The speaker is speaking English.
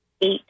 eight